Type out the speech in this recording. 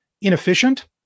inefficient